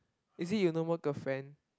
is it you no more girlfriend